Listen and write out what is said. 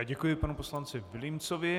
Děkuji panu poslanci Vilímcovi.